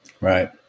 Right